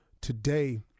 Today